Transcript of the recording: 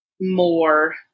more